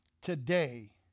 today